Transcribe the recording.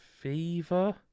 Fever